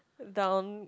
down